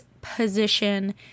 position